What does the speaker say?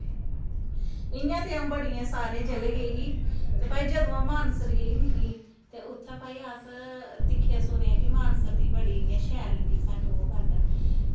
इं'या ते अं'ऊ बड़ियें सारियें जगहें गेई ही ते भई जदूं अं'ऊ मानसर गेई ही ते इत्थें भई अस दिक्खेआ सुनेआ मानसर दी बड़ी शैल लग्गी ओह् गल्ल